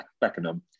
Beckenham